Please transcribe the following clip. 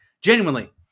genuinely